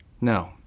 No